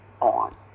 on